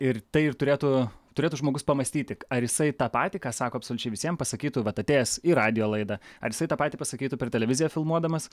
ir tai ir turėtų turėtų žmogus pamąstyti ar jisai tą patį ką sako absoliučiai visiem pasakytų vat atėjęs į radijo laidą ar jisai tą patį pasakytų per televiziją filmuodamas